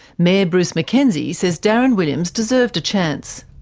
mayor bruce mackenzie says darren williams deserved a chance.